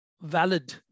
valid